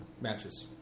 Matches